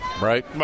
right